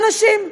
אנשים,